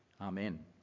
Amen